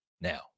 now